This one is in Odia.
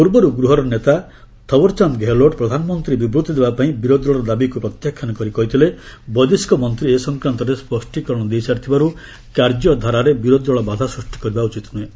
ପୂର୍ବରୁ ଗୃହର ନେତା ଥୱର୍ଚାନ୍ଦ ଗେହେଲଟ୍ ପ୍ରଧାନମନ୍ତ୍ରୀ ବିବୃତ୍ତି ଦେବା ପାଇଁ ବିରୋଧୀ ଦଳର ଦାବିକୁ ପ୍ରତ୍ୟାଖ୍ୟାନ କରି କହିଥିଲେ ବୈଦେଶିକ ମନ୍ତ୍ରୀ ଏ ସଂକ୍ରାନ୍ତରେ ସ୍ୱଷ୍ଟିକରଣ ଦେଇସାରିଥିବାରୁ କାର୍ଯ୍ୟଧାରାରେ ବିରୋଧୀ ଦଳ ବାଧା ସୃଷ୍ଟି କରିବା ଉଚିତ୍ ନୁହେଁ